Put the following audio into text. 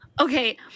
Okay